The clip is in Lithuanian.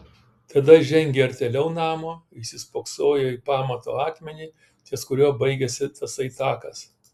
tada žengė artėliau namo įsispoksojo į pamato akmenį ties kuriuo baigėsi tasai takas